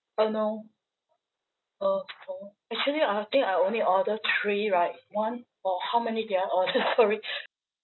uh no coleslaw actually I think I only order three right one or how many did I order sorry